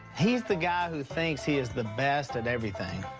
he's the guy who thinks he is the best at everything.